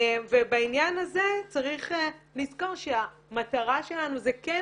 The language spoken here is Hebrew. ובעניין הזה צריך לזכור שהמטרה שלנו זה כן